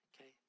okay